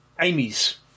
Amy's